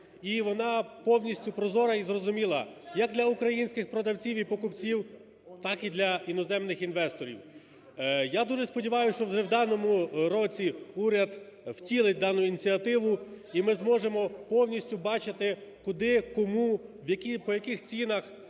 і вона повністю прозора і зрозуміла як для українських продавців і покупців, так і для іноземних інвесторів. Я дуже сподіваюсь, що вже в даному році уряд втілить дану ініціативу і ми зможемо повністю бачити куди, кому, по яких цінах,